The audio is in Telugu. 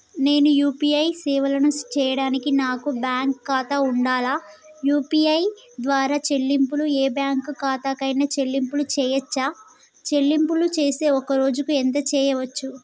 నేను యూ.పీ.ఐ సేవలను చేయడానికి నాకు బ్యాంక్ ఖాతా ఉండాలా? యూ.పీ.ఐ ద్వారా చెల్లింపులు ఏ బ్యాంక్ ఖాతా కైనా చెల్లింపులు చేయవచ్చా? చెల్లింపులు చేస్తే ఒక్క రోజుకు ఎంత చేయవచ్చు?